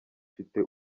afite